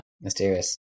mysterious